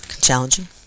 challenging